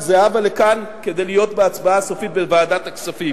זהבה לכאן כדי להיות בהצבעה הסופית בוועדת הכספים.